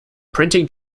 printing